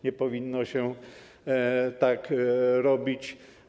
Nie powinno się tak robić.